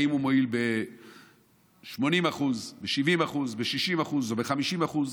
האם הוא מועיל ב-80%, ב-70%, ב-60%, ב-50%?